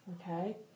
Okay